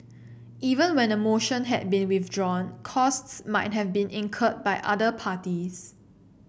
even when a motion had been withdrawn costs might have been incurred by other parties